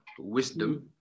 wisdom